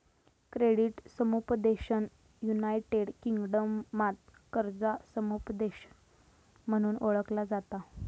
credit समुपदेशन united किंगडमात कर्जा समुपदेशन म्हणून ओळखला जाता